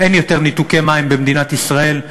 אין יותר ניתוקי מים במדינת ישראל.